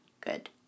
good